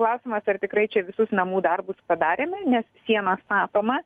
klausimas ar tikrai čia visus namų darbus padarėme nes siena statoma